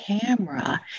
camera